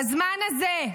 בזמן הזה,